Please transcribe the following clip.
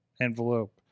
envelope